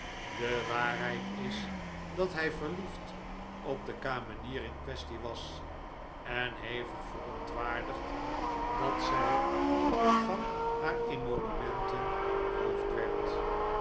de waarheid is dat hij verliefd op de kamenier in quaestie was en hevig verontwaardigd dat zij van haar emolumenten beroofd werd